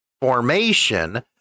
formation